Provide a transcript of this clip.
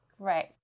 Great